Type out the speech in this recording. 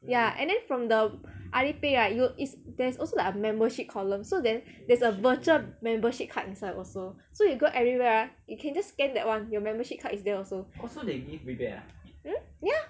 ya and then from the Alipay right you is there is also like a membership column so then there is a virtual membership card inside also so if you go everywhere ah you can just scan that one your membership card is there also mm yeah